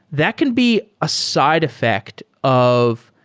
that can be a side effect of